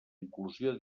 inclusió